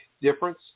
difference